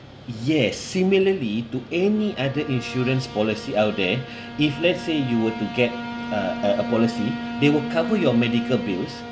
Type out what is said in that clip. yes similarly to any other insurance policy out there if let's say you were to get uh a a policy they will cover your medical bills